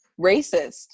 racist